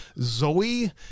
Zoe